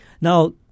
Now